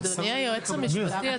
אדוני היועץ המשפטי,